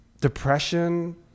depression